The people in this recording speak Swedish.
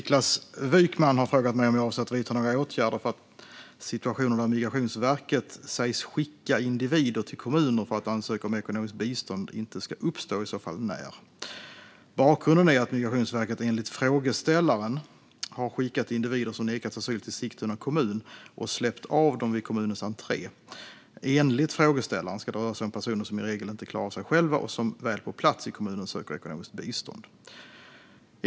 Herr talman! har frågat mig om jag avser att vidta några åtgärder för att situationer där Migrationsverket sägs skicka individer till kommuner för att ansöka om ekonomiskt bistånd inte ska uppstå, och i så fall när. Bakgrunden är att Migrationsverket enligt frågeställaren har skickat individer som nekats asyl till Sigtuna kommun och släppt av dem vid kommunhusets entré. Enligt frågeställaren ska det röra sig om personer som i regel inte klarar sig själva och som väl på plats i kommunen söker ekonomiskt bistånd.